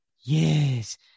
Yes